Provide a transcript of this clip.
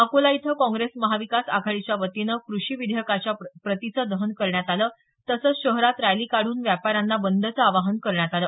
अकोला इथं महाविकास आघाडीच्या वतीनं कृषी विधेयकाच्या प्रतीचं दहन करण्यात आलं तसंच शहरात रॅली काढून व्यापाऱ्यांना बंदचं आवाहन करण्यात आलं